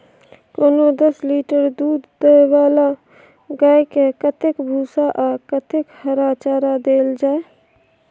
कोनो दस लीटर दूध दै वाला गाय के कतेक भूसा आ कतेक हरा चारा देल जाय?